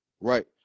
Right